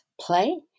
play